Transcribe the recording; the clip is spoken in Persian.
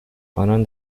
آنان